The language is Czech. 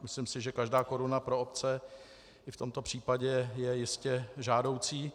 Myslím si, že každá koruna pro obce je v tomto případě jistě žádoucí.